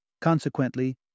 Consequently